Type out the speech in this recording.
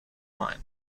line